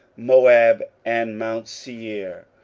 moab, and mount seir,